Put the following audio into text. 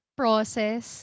process